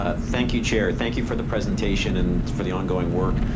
ah thank you chair, thank you for the presentation and for the ongoing work.